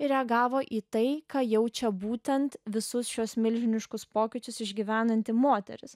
ir reagavo į tai ką jaučia būtent visus šiuos milžiniškus pokyčius išgyvenanti moteris